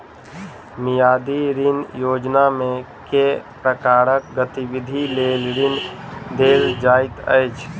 मियादी ऋण योजनामे केँ प्रकारक गतिविधि लेल ऋण देल जाइत अछि